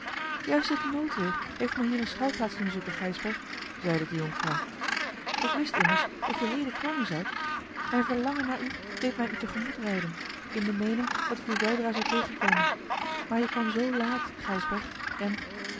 juist dit noodweer heeft mij hier eene schuilplaats doen zoeken gijsbrecht zeide de jonkvrouw ik wist immers dat je heden komen zoudt mijn verlangen naar u deed mij u tegemoet rijden in de meening dat ik u weldra zou tegenkomen maar je kwam zoo laat gijsbrecht en